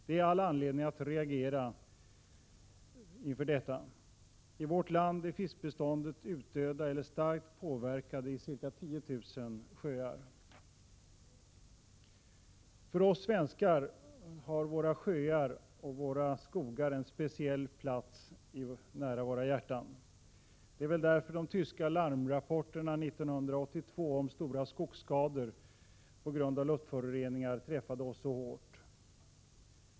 Det är all anledning att reagera inför detta. I vårt land är fiskbestånden utdöda eller starkt påverkade i ca 10 000 sjöar. För oss svenskar har våra sjöar och våra skogar en speciell plats nära våra hjärtan. Det var väl därför de tyska larmrapporterna 1982 om stora skogsskador på grund av luftföroreningar träffade oss så hårt.